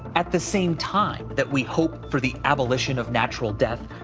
at the same time that we hope for the abolition of natural death,